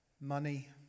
Money